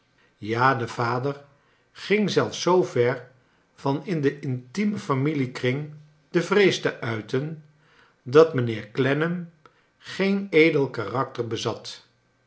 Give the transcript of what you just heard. ja de vader ging zelfs zoo ver van in den intiemen familiekring de vrees te nit en dat mijnheer clennam geen edel karakter bezat